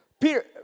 Peter